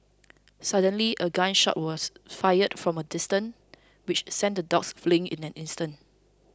suddenly a gun shot was fired from a distance which sent the dogs fleeing in an instant